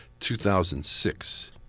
2006